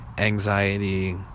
Anxiety